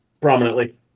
prominently